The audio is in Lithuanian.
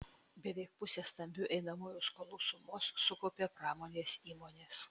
beveik pusę stambių einamųjų skolų sumos sukaupė pramonės įmonės